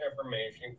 information